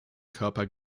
körper